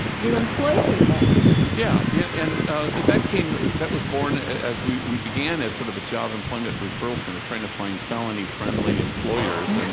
you employ people yeah, yeah and ah that came that was born as we we began as sort of a job employment referral center, trying to find felony-friendly employers